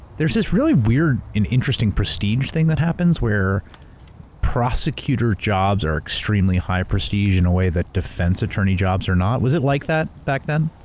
there's this really weird and interesting prestige thing that happens where prosecutor jobs are extremely high prestige in a way that defense attorney jobs are not. was it like that back then?